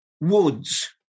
woods